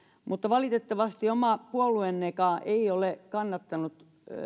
mutta valitettavasti oma puolueennekaan ei ole kannattanut